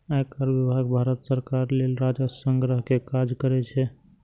आयकर विभाग भारत सरकार लेल राजस्व संग्रह के काज करै छै